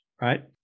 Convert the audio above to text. right